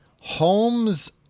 Holmes